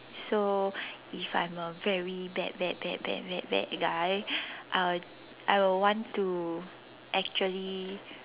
so if I'm a very bad bad bad bad bad guy I would I would want to actually